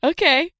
Okay